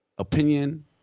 opinion